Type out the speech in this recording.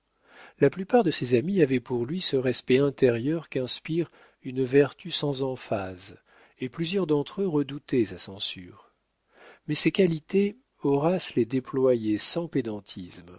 la plupart de ses amis avaient pour lui ce respect intérieur qu'inspire une vertu sans emphase et plusieurs d'entre eux redoutaient sa censure mais ces qualités horace les déployait sans